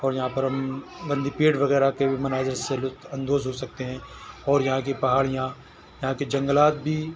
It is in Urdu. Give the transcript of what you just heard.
اور یہاں پر ہم نندی پیڑ وغیرہ کے بھی مناظر سے لطف اندوز ہو سکتے ہیں اور یہاں کی پہاڑیاں یہاں کے جنگلات بھی